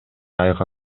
айга